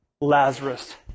Lazarus